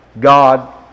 God